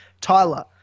Tyler